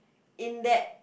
in that